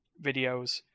videos